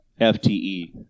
FTE